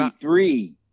three